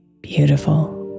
beautiful